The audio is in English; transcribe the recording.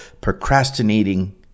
procrastinating